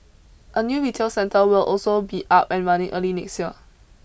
a new retail centre will also be up and running early next year